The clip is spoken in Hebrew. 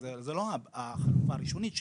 אז זו לא החלופה הראשונית שלנו,